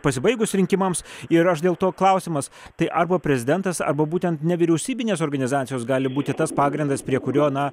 pasibaigus rinkimams ir aš dėl to klausimas tai arba prezidentas arba būtent nevyriausybinės organizacijos gali būti tas pagrindas prie kurio na